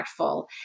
impactful